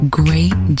great